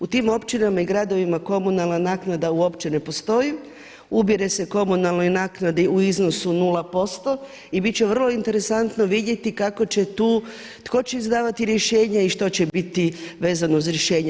U tim općinama i gradovima komunalna naknada uopće ne postoji, ubire se komunalnoj naknadi u iznosu 0% i biti će vrlo interesantno vidjeti kako će tu, tko će izdavati rješenja i što će biti vezano uz rješenja.